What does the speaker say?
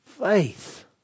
faith